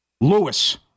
Lewis